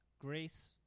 grace